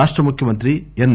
రాష్ట ముఖ్య మంత్రి ఎన్